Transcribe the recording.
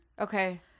Okay